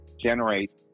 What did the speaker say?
generate